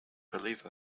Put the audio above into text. believe